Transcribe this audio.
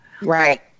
Right